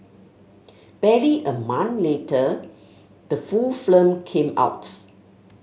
barely a month later the full film came out